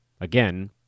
Again